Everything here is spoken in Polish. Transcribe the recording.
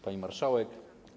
Pani Marszałek!